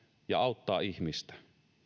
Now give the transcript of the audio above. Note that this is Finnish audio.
ja auttaa ihmistä